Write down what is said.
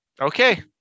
Okay